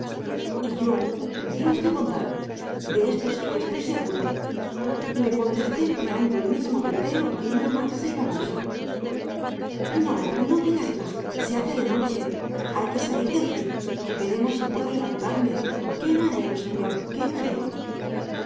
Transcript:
y yo dios de bondad de esto sí que estoy segura le contesté empleando el mismo tuteo y muy mansa y babosa no no pidas más se hace noche hay que salir de aquí veremos si puedo levantarme qué mareo señor qué mareo